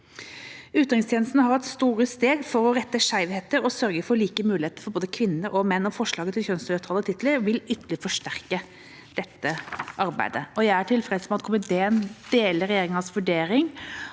Utenrikstjenesten har tatt store steg for å rette opp skjevheter og sørge for like muligheter for både kvinner og menn, og forslaget til kjønnsnøytrale titler vil ytterligere forsterke dette arbeidet. Jeg er tilfreds med at komiteen deler regjeringens vurdering